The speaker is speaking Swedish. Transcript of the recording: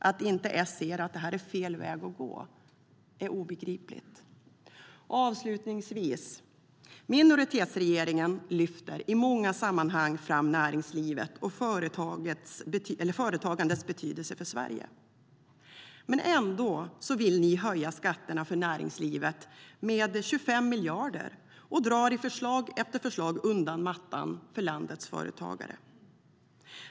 Att inte S ser att det här är fel väg att gå är obegripligt. Avslutningsvis: Minoritetsregeringen lyfter i många sammanhang fram näringslivet och företagandets betydelse för Sverige. Men ändå vill ni höja skatterna för näringslivet med 25 miljarder, och ni drar i förslag efter förslag undan mattan för landets företagare.